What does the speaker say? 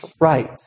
right